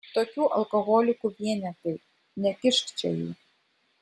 tokių alkoholikų vienetai nekišk čia jų